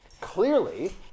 Clearly